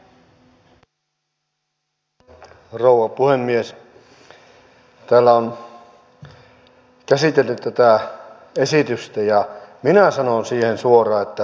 täällä on käsitelty tätä esitystä ja minä sanon siihen suoraan että tämä on liian löysä